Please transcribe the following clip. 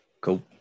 Cool